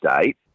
state